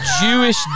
Jewish